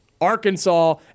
Arkansas